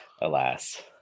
Alas